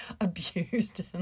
abused